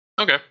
Okay